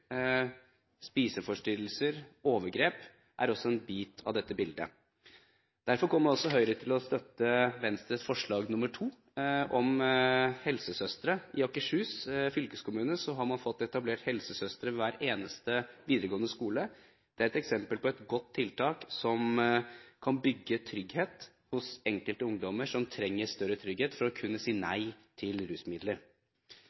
spiseforstyrrelser og overgrep, er også en del av dette bildet. Derfor kommer Høyre til å støtte Venstres forslag nr. 2, om helsesøstre. I Akershus fylkeskommune har man fått etablert en ordning med helsesøstre ved hver eneste videregående skole. Det er et eksempel på et godt tiltak som kan bygge trygghet hos enkelte ungdommer som trenger større trygghet for å kunne si